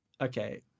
okay